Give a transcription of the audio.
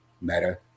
Meta